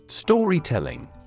Storytelling